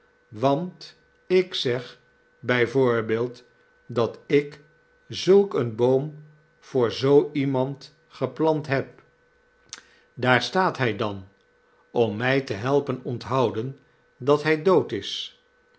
want ik zeg bij voorbeeld dat ik zulk een boom voor zoo iemand geplant heb daar staat hij dan om mij te helpen onthouden dat hij dood is